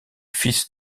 fils